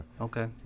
Okay